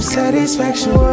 satisfaction